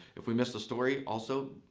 if we missed a story, also,